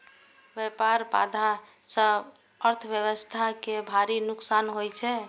व्यापार बाधा सं अर्थव्यवस्था कें भारी नुकसान होइ छै